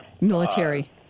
military